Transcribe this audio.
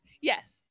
Yes